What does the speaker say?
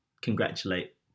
congratulate